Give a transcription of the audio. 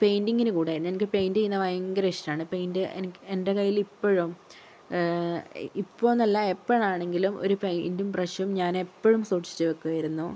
പെയിന്റിങ്ങിന് കൂടുമായിരുന്നു എനിക്ക് പെയിന്റ് ചെയ്യുന്ന ഭയങ്കര ഇഷ്ടമാണ് പെയിന്റ് എൻ്റെ കയ്യിൽ ഇപ്പോഴും ഇപ്പോൾ എന്നല്ല എപ്പോഴാണെങ്കിലും ഒരു പെയിന്റും ബ്രഷും ഞാൻ എപ്പോഴും സൂക്ഷിച്ചു വയ്ക്കുമായിരുന്നു